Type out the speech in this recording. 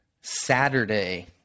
Saturday